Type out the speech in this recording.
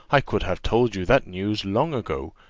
i could have told you that news long ago,